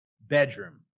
bedroom